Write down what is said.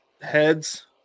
heads